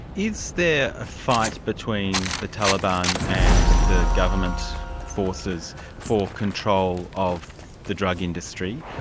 is there a fight between the taliban and the government forces for control of the drug industry?